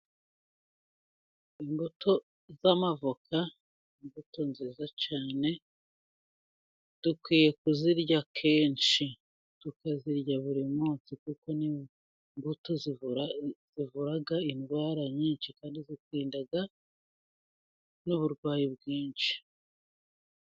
Imbuto z'amavoka, bimbuto nziza cyane dukwiye kuzirya kenshi, tukazirya buri munsi, kuko ni imbuto zivura indwara nyinshi kandi ziturinda n'uburwayi bwinshi.